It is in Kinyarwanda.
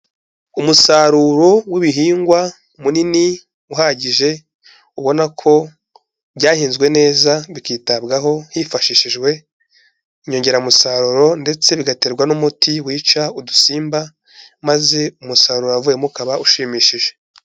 Umusaruro w'ibihingwa munini uhagije ubonako byahinzwe neza bikitabwaho hifashishijwe inyongeramusaruro ndetse bigaterwa n'umuti wica udusimba, maze umusaruro wavuyemo ukaba ushimishije.